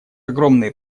огромные